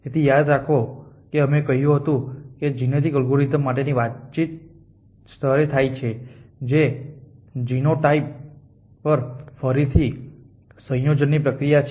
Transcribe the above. તેથી યાદ રાખો કે અમે કહ્યું છે કે જિનેટિક અલ્ગોરિધમ માટેની વાતચીત આનુવંશિક સ્તરે થાય છે જે જીનોટાઇપ સ્તર પર ફરીથી સંયોજનની પ્રક્રિયા છે